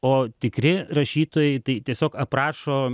o tikri rašytojai tai tiesiog aprašo